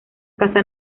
casa